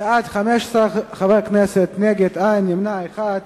בעד, 15 חברי כנסת, אין מתנגדים, נמנע אחד.